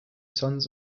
sons